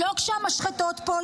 לא כשהמשחתות פה,